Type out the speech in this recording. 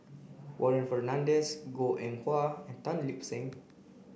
Warren Fernandez Goh Eng Wah and Tan Lip Seng